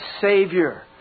Savior